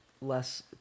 less